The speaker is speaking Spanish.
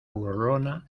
burlona